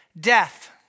death